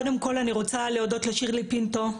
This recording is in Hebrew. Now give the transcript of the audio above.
קודם כל אני רוצה להודות לשירלי פינטו.